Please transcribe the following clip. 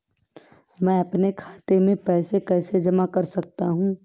मैं अपने खाते में पैसे कैसे जमा कर सकता हूँ?